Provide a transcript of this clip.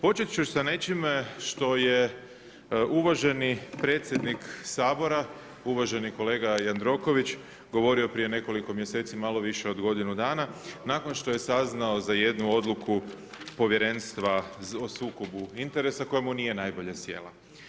Počet ću sa nečim što je uvaženi predsjednik Sabora, uvaženi kolega Jandroković govorio prije nekoliko mjeseci, malo više od godinu dana nakon što je saznao za jednu odluku Povjerenstva o sukobu interesa koja mu nije najbolje sjela.